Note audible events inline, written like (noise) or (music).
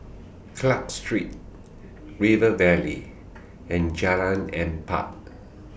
Clarke Street River Valley and (noise) Jalan Empat